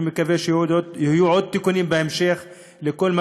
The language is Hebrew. אני מקווה שיהיו עוד תיקונים בהמשך בכל מה